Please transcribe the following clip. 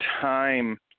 time